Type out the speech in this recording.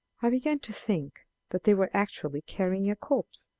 i began to think that they were actually carrying a corpse,